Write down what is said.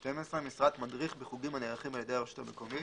(12) משרת מדריך בחוגים הנערכים על ידי הרשות המקומית,